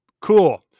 cool